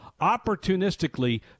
opportunistically